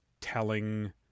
telling